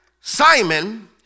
Simon